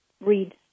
read